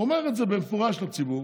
הוא אמר את זה במפורש לציבור.